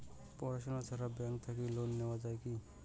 পড়াশুনা ছাড়া ব্যাংক থাকি লোন নেওয়া যায় কি?